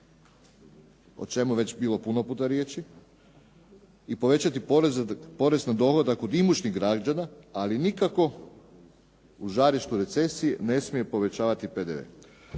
o čemu je već bilo puno puta riječi, i povećati porez na dohodak od imućnih građana, ali nikako u žarištu recesije ne smije povećavati PDV.